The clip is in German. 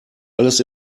alles